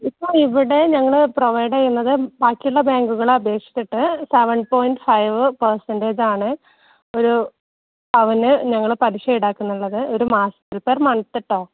ഇപ്പം ഇവിടെ ഞങ്ങൾ പ്രൊവൈഡ് ചെയ്യുന്നത് ബാക്കിയുള്ള ബാങ്കുകളെ അപേക്ഷിച്ചിട്ട് സെവൻ പോയിൻറ്റ് ഫൈവ് പെർസൻറ്റേജാണ് ഒരു പവന് ഞങ്ങൾ പലിശ ഈടാക്കുന്നുള്ളത് ഒരു മാസ് പെർ മന്ത്ട്ടോ